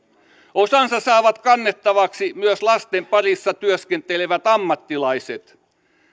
osansa saavat kannettavaksi myös lasten parissa työskentelevät ammattilaiset